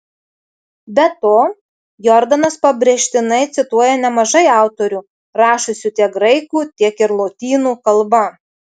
be to jordanas pabrėžtinai cituoja nemažai autorių rašiusių tiek graikų tiek ir lotynų kalba